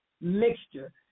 mixture